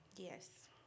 Yes